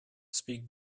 speak